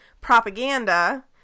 propaganda